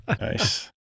Nice